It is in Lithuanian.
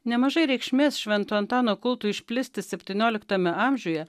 nemažai reikšmės švento antano kultui išplisti septynioliktame amžiuje